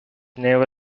naval